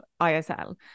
ISL